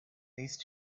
these